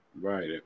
Right